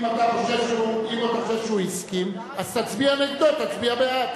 אם אתה חושב שהוא הסכים, תצביע נגדו, תצביע בעד.